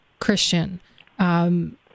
Christian